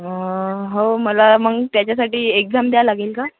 हो मला मग त्याच्यासाठी एक्झाम द्या लागेल का